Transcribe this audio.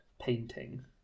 painting